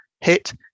HIT